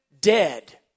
dead